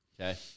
Okay